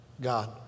God